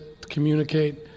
communicate